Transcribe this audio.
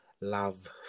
love